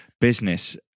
business